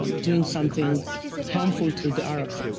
um doing something harmful to the arabs.